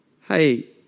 Hey